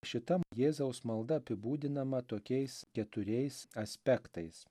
šita jėzaus malda apibūdinama tokiais keturiais aspektais